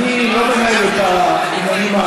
אני לא מנהל את העניינים,